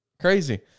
Crazy